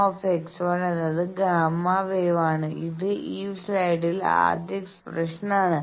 Γ എന്നത് ഗാമാ വേവാണ് ഇത് ഈ സ്ലൈഡിന്റെ ആദ്യ എക്സ്പ്രഷൻ ആണ്